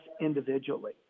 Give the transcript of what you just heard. individually